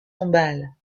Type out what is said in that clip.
tombale